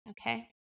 okay